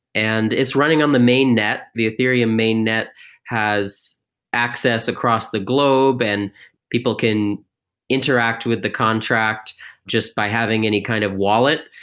and it's running on the main net. the ethereum main net has access across the globe and people can interact with the contract just by having any kind of wallet.